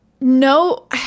no